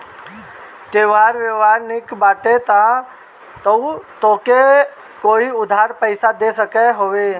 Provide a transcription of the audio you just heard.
तोहार व्यवहार निक बाटे तअ तोहके केहु उधार पईसा दे सकत हवे